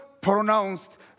pronounced